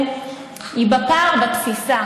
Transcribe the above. ואני שואלת כאן: חד-הוריות זה פיזור של הכסף?